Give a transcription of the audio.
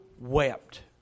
wept